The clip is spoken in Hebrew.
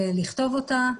לכתוב אותה,